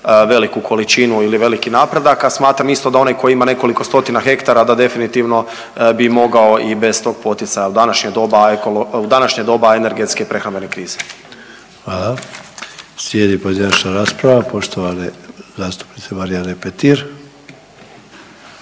nekakvu količinu ili veliki napredak, a smatram isto da onaj koji ima nekoliko stotina hektara da definitivno bi mogao i bez tog poticaja u današnje doba energetske prehrambene krize. **Sanader, Ante (HDZ)** Hvala. Slijedi pojedinačna rasprava poštovane zastupnice Marijane Petir.